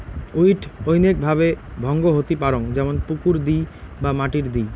weed অনৈক ভাবে ভঙ্গ হতি পারং যেমন পুকুর দিয় বা মাটি দিয়